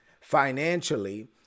financially